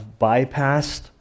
bypassed